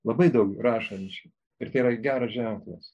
labai daug rašančių ir tai yra geras ženklas